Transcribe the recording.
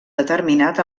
determinat